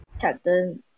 Captain